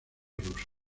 rusa